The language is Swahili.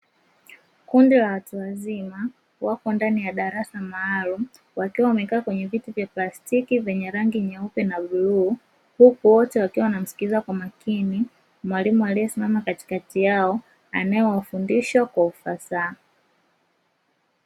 Kundi la watu wazima wako ndani ya darasa maalumu wakiwa wamekaa kwenye viti vya plastiki vyenye rangi nyeupe na bluu huku wote wakiwa wanamsikiliza kwa makini mwalimu aliyesimama katikati yao anayewafundisha kwa ufasaha.